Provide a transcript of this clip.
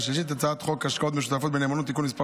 השלישית את הצעת חוק השקעות משותפות בנאמנות (תיקון מס,